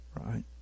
right